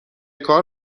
کار